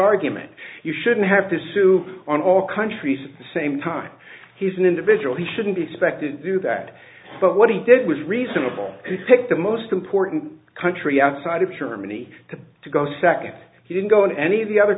argument you shouldn't have to sue on all countries the same time he's an individual he shouldn't be expected to do that but what he did was reasonable pick the most important country outside of germany to go second he didn't go in any of the